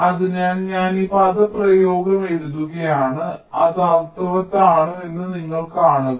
അതിനാൽ ഞാൻ ഈ പദപ്രയോഗം എഴുതുകയാണ് അത് അർത്ഥവത്താണോ എന്ന് നിങ്ങൾ കാണുക